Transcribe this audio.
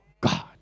God